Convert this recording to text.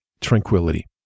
tranquility